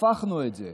הפכנו את זה,